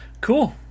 cool